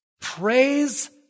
Praise